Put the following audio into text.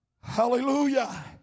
Hallelujah